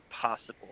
possible